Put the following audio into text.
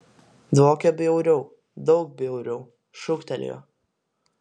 dvokia bjauriau daug bjauriau šūktelėjo